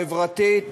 חברתית,